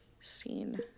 scene